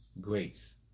grace